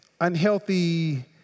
unhealthy